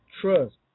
Trust